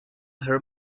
her